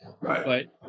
Right